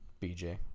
BJ